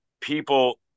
people